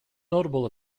notable